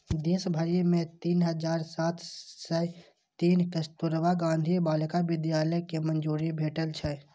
देश भरि मे तीन हजार सात सय तीन कस्तुरबा गांधी बालिका विद्यालय कें मंजूरी भेटल छै